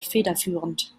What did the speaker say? federführend